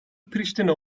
priştine